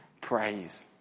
praise